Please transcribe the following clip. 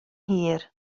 hir